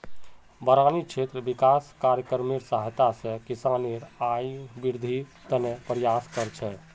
बारानी क्षेत्र विकास कार्यक्रमेर सहायता स किसानेर आइत वृद्धिर त न प्रयास कर छेक